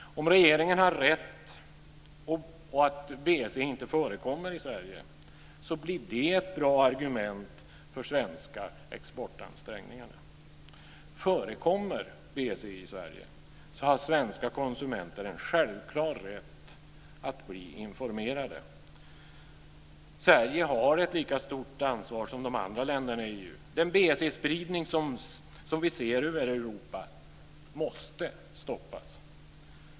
Om regeringen har rätt i att BSE inte förekommer i Sverige blir det ett bra argument för de svenska exportansträngningarna. Förekommer BSE i Sverige så har svenska konsumenter en självklar rätt att bli informerade. Sverige har ett lika stort ansvar som de andra länderna i EU. Den BSE-spridning som vi ser över hela Europa måste stoppas.